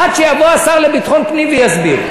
עד שיבוא השר לביטחון פנים ויסביר.